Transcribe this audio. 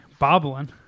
bobbling